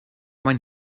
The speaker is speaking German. mein